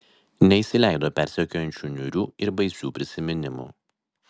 neįsileido persekiojančių niūrių ir baisių prisiminimų